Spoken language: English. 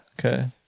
Okay